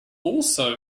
also